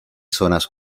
zonas